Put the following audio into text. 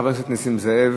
חבר הכנסת נסים זאב,